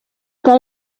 they